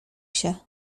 się